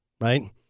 right